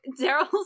Daryl